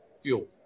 fuel